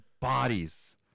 bodies